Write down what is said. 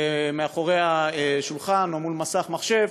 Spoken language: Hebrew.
מאחורי השולחן או מול מסך מחשב,